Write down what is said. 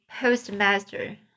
postmaster